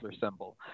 symbol